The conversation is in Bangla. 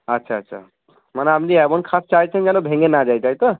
আচ্ছা আচ্ছা মানে আপনি এমন খাট চাইছেন যেন ভেঙে না যায় তাই তো